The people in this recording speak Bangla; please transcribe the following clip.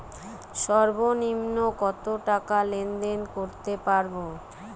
সর্বনিম্ন কত টাকা লেনদেন করতে পারবো?